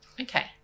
okay